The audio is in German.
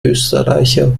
österreicher